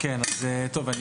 טוב,